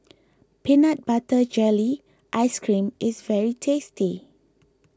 Peanut Butter Jelly Ice Cream is very tasty